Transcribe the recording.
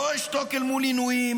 לא אשתוק אל מול עינויים.